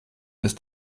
ist